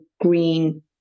green